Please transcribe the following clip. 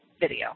video